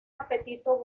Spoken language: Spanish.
apetito